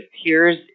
appears